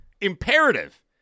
Imperative